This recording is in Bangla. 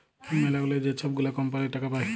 ম্যালাগুলা যে ছব গুলা কম্পালির টাকা পায়